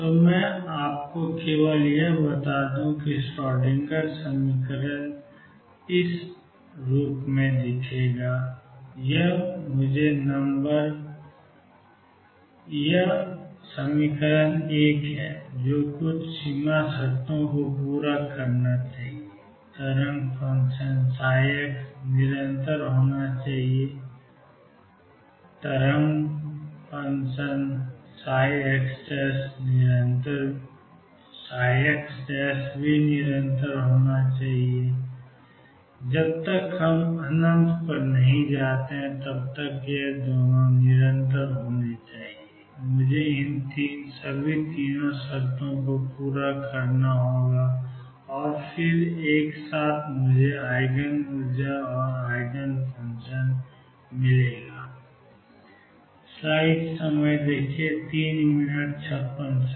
तो मैं आपको केवल यह बता दूं कि श्रोडिंगर समीकरण माइनस 22m VxψEψ के लिए मुझे नंबर 1 को कुछ सीमा शर्तों को पूरा करना चाहिए तरंग फ़ंक्शन ψ निरंतर है और तीसरा ψ निरंतर है जब तक हम पर नहीं जाते हैं मुझे इन सभी 3 शर्तों को पूरा करना होता है और फिर यह एक साथ मुझे आइजन ऊर्जा और आइजन फ़ंक्शन देता है